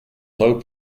low